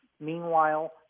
Meanwhile